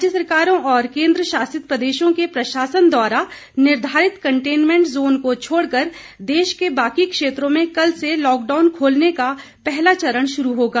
राज्य सरकारों और केन्द्रशासित प्रदेशों के प्रशासन द्वारा निर्धारित कंटेनमेंट जोन को छोड़कर देश के बाकी क्षेत्रों में कल से लॉकडाउन खोलने का पहला चरण शुरु होगा